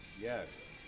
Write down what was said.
Yes